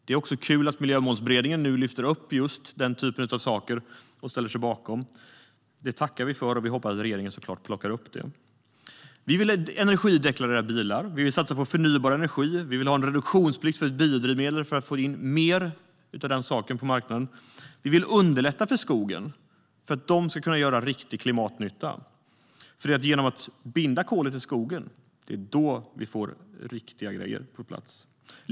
Det är kul att Miljömålsberedningen nu lyfter upp just den typen av saker och ställer sig bakom vårt förslag. Det tackar vi för, och vi hoppas såklart att regeringen plockar upp det. Vi vill att bilar ska energideklareras. Vi vill satsa på förnybar energi. Vi vill ha en reduktionsplikt för biodrivmedel för att man ska få in mer sådant på marknaden. Vi vill underlätta för skogen för att den ska bli till riktig klimatnytta. Genom att binda kolet i skogen får vi riktiga grejer på plats.